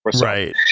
Right